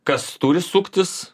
kas turi suktis